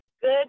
Good